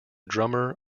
drummer